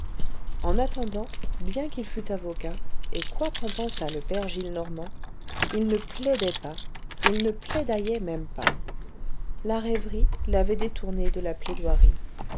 en attendant bien qu'il fût avocat et quoi qu'en pensât le père gillenormand il ne plaidait pas il ne plaidaillait même pas la rêverie l'avait détourné de la plaidoirie